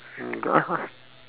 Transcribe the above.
mm go ask her ah